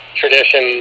tradition